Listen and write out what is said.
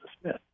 Smith